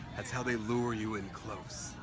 that's how they lure you in close.